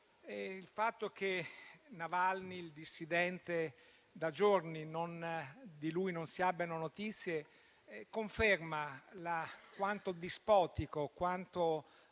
Il fatto che di Navalny, il dissidente, da giorni non si abbiano notizie, conferma quanto dispotico e quanto